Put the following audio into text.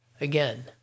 again